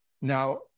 Now